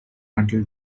until